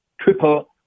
triple